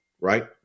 right